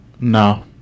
No